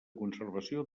conservació